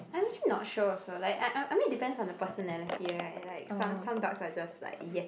I'm actually not sure also like I I mean depends on the personality and like some dogs are just like ya